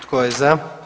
Tko je za?